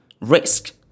risk